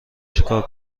چیکار